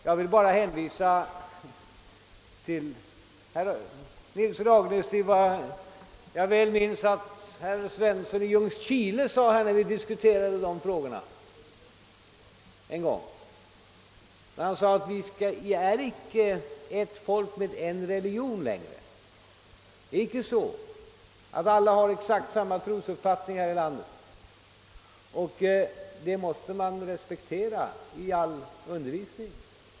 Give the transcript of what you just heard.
Jag vill bara hänvisa herr Nilsson i Agnäs till vad herr Svensson i Ljungskile en gång sade då vi diskuterade dessa frågor: »Vi är inte längre ett folk med en religion.» Alla har inte exakt samma trosuppfattning i landet, och detta måste man respektera i all undervisning.